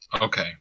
Okay